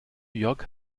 jörg